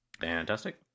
fantastic